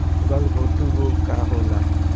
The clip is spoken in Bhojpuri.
गलघोंटु रोग का होला?